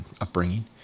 upbringing